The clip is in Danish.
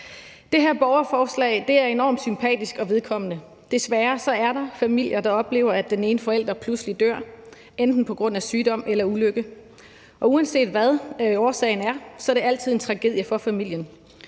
Det her borgerforslag er enormt sympatisk og vedkommende. Desværre er der familier, der oplever, at den ene forælder pludselig dør, enten på grund af sygdom eller ulykke. Og uanset hvad årsagen er, er det altid en tragedie for familien.